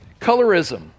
Colorism